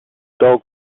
dog